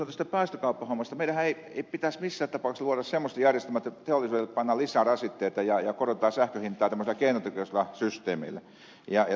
meidänhän ei pitäisi missään tapauksessa luoda semmoista järjestelmää että teollisuudelle pannaan lisärasitteita ja korotetaan sähkön hintaa tämmöisillä keinotekoisilla systeemeillä